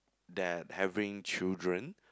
that having children